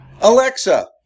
Alexa